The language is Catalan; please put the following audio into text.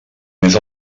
més